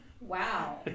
Wow